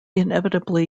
inevitably